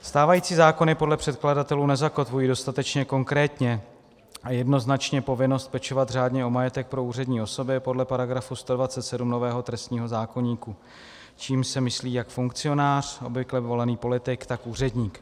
Stávající zákony podle předkladatelů nezakotvují dostatečně konkrétně a jednoznačně povinnost pečovat řádně o majetek pro úřední osoby podle § 127 nového trestního zákoníku, čímž se myslí jak funkcionář, obvykle volený politik, tak úředník.